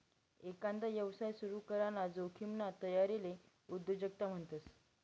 एकांदा यवसाय सुरू कराना जोखिमनी तयारीले उद्योजकता म्हणतस